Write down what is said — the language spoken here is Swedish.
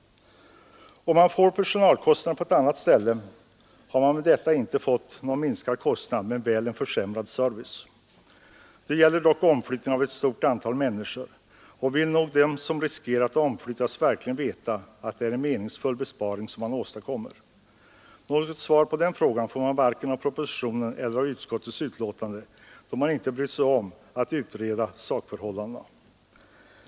Om det i stället uppstår ökade personalkostnader på ett annat håll har man alltså inte åstadkommit några minskade kostnader men väl en försämrad service. Det gäller dock omflyttning av ett stort antal människor, och de som riskerar att få flytta vill nog veta om det är en meningsfull besparing som därmed åstadkommes. Något svar på den frågan ges varken i propositionen eller i utskottets betänkande, då man inte har brytt sig om att utreda sakförhållandena.